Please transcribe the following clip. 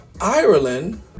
ireland